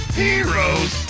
heroes